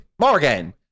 Morgan